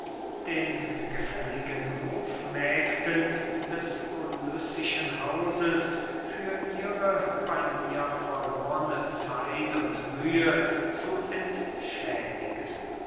den gefälligen hofmägden des ulyssischen hauses für ihre bey mir verlorne zeit und mühe zu entschädigen